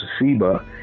siba